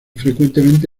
frecuentemente